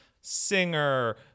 singer